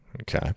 Okay